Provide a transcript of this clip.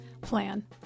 plan